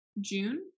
June